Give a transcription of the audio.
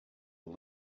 was